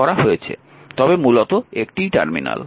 তবে এটি মূলত একটি টার্মিনাল